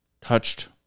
touched